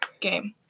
game